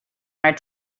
art